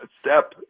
step